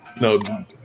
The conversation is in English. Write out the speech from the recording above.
no